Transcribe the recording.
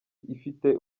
ifite